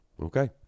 Okay